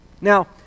Now